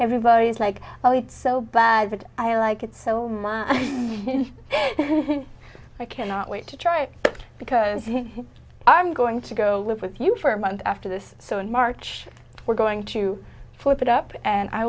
everybody's like oh it's so bad that i like it so much i cannot wait to try it because i'm going to go live with you for a month after this so in march we're going to put it up and i